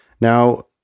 Now